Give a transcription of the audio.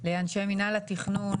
לאנשי מינהל התכנון,